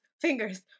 fingers